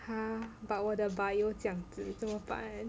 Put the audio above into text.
!huh! but 我的 bio 这样子怎么办